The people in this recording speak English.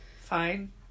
Fine